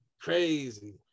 Crazy